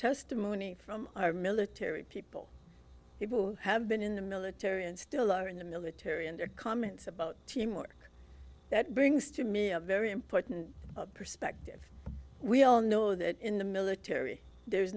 testimony from our military people people who have been in the military and still are in the military and their comments about teamwork that brings to me a very important perspective we all know that in the military there